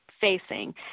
facing